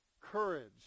courage